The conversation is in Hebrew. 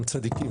הם צדיקים,